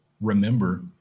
remember